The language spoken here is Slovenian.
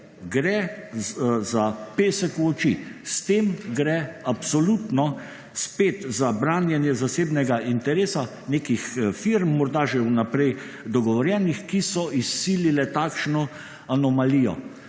gre za pesek v oči. S tem gre absolutno spet za branjenje zasebnega interesa nekih firm, morda že vnaprej dogovorjenih, ki so izsilile takšno anomalijo.